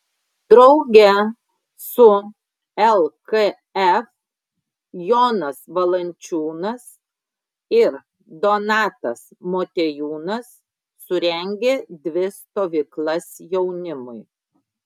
drauge su lkf jonas valančiūnas ir donatas motiejūnas surengė dvi stovyklas jaunimui